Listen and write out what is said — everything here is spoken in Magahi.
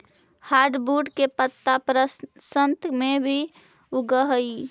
हार्डवुड के पत्त्ता बसन्त में फिर उगऽ हई